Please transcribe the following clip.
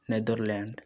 Netherlands